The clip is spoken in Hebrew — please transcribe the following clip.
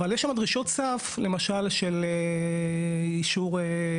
אבל יש שם למשל דרישות סף של אישור יצרן,